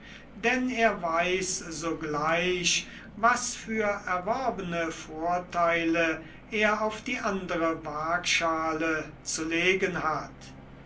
denn er weiß sogleich was für erworbene vorteile er auf die andere waagschale zu legen hat